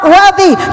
worthy